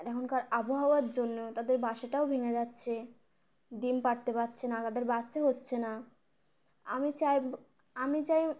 আর এখনকার আবহাওয়ার জন্য তাদের বাসাটাও ভেঙে যাচ্ছে ডিম পারতে পারছে না তাদের বাচ্চা হচ্ছে না আমি চাই আমি চাই